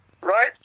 right